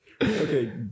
Okay